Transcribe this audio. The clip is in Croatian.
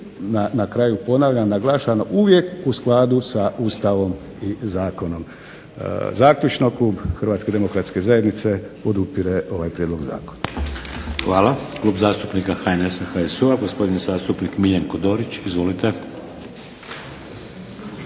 na kraju ponavljam, naglašavam, uvijek u skladu sa Ustavom i zakonom. Zaključno, klub Hrvatske demokratske zajednice podupire ovaj prijedlog zakona.